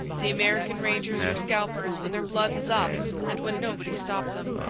the american rangers were scalpers when their blood was up and when nobody stopped them.